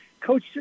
Coach